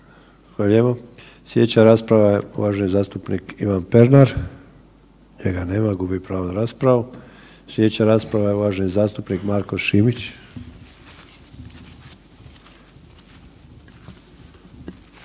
lijepo. Slijedeća rasprava je uvaženi zastupnik Ivan Pernar. Njega nema, gubi pravo na raspravu. Slijedeća rasprava je uvaženi zastupnik Marko Šimić.